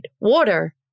water